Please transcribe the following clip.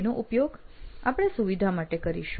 તેનો ઉપયોગ આપણે સુવિધા માટે કરીશું